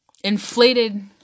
inflated